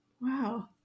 wow